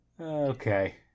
Okay